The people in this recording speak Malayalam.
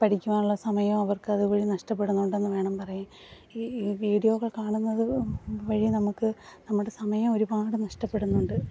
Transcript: പഠിക്കുവാനുള്ള സമയവും അവർക്ക് അതുവഴി നഷ്ടപ്പെടുന്നുണ്ടെന്ന് വേണം പറയാൻ ഈ ഈ വിഡിയോകൾ കാണുന്നതുവഴി നമുക്ക് നമ്മളുടെ സമയം ഒരുപാട് നഷ്ടപ്പെടുന്നുണ്ട്